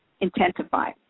intensify